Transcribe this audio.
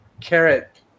carrot